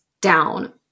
down